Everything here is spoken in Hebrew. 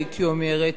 הייתי אומרת,